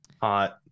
hot